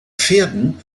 verden